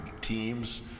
teams